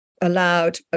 allowed